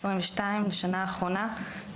מהשנה האחרונה,